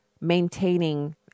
maintaining